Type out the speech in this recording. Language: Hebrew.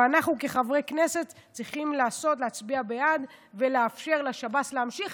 ואנחנו כחברי כנסת צריכים להצביע בעד ולאפשר לשב"ס להמשיך